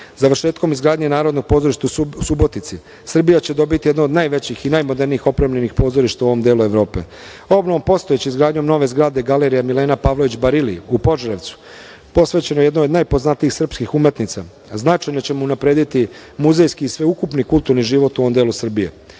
završetkom izgradnje Narodnog pozorišta u Subotici, Srbija će dobiti jednu od najvećih i najmodernijih opremljenih pozorišta u ovom delu Evrope. Obnovom postojeće i izgradnjom nove zgrade Galerija Milena Pavlović Baliri u Požarevcu, posvećena je jedna od najpoznatijih srpskih umetnica, značajno ćemo unaprediti muzejski i sveukupni kulturni život u ovom delu Srbije. Potpuna